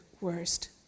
worst